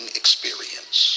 experience